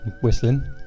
Whistling